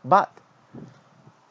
but